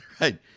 right